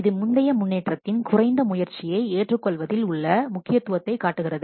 இது முந்தைய முன்னேற்றத்தின் குறைந்த முயற்சியை ஏற்றுக்கொள்வதில் உள்ள முக்கியத்துவத்தை காட்டுகிறது